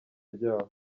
ryaho